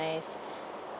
rice